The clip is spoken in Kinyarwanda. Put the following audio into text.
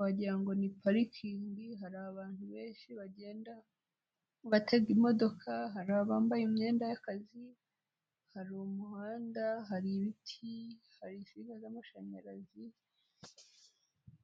wagira ngo ni parikingi, hari abantu benshi bagenda batega imodoka, hari bambaye imyenda y'akazi, hari umuhanda, hari ibiti, hari insinga z'amashanyarazi.